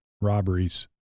robberies